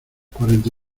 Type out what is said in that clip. cuarenta